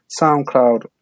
SoundCloud